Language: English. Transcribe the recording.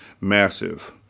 Massive